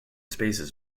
spaces